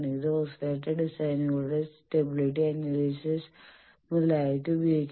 ഇത് ഓസിലേറ്റർ ഡിസൈനുകളുടെ stability analysis മുതലായവയ്ക്ക് ഉപയോഗിക്കുന്നു